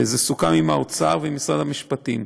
זה סוכם עם האוצר ומשרד המשפטים,